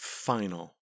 final